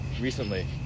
recently